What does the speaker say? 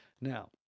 Now